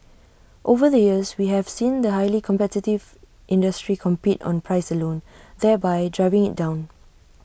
over the years we have seen the highly competitive industry compete on price alone thereby driving IT down